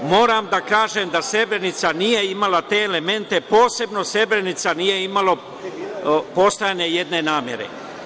Moram da kažem da Srebrenica nije imala te elemente, posebno Srebrenica nije imala postojanje jedne namere.